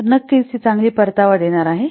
तर नक्कीच ती चांगली परतावा देणार आहे